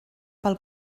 pel